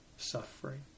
suffering